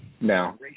no